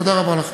תודה רבה לכם.